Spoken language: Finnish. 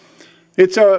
itse